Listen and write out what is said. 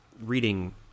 Reading